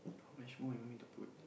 how much more you want to put